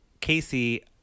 Casey